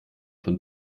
von